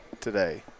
today